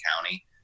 County